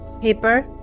paper